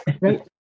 right